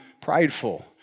prideful